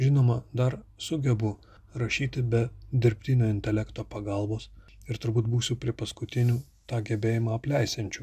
žinoma dar sugebu rašyti be dirbtinio intelekto pagalbos ir turbūt būsiu prie paskutinių tą gebėjimą apleisiančių